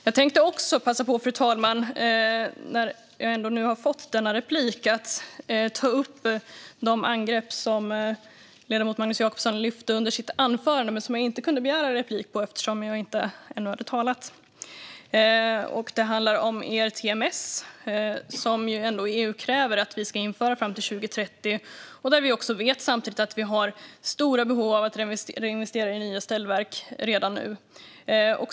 När jag ändå har detta replikskifte tänkte jag passa på att de upp de angrepp som ledamoten Magnus Jacobsson kom med under sitt anförande, fru talman. Jag kunde ju inte begära replik på hans anförande eftersom jag då inte hade talat än. Det handlade om ERTMS, som EU ju kräver att vi ska införa fram till 2030 - samtidigt som vi vet att vi har stora behov av att investera i nya ställverk redan nu.